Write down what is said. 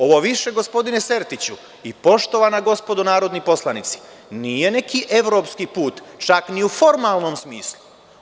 Ovo više, gospodine Sertiću i poštovana gospodo narodni poslanici, nije neki evropski put, čak ni u formalnom smislu.